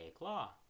law